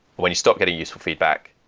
when you stop getting useful feedback,